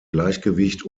gleichgewicht